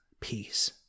peace